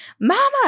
Mama